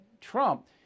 Trump